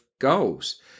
goals